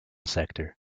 sector